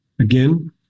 Again